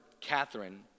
Catherine